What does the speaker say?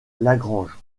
lagrange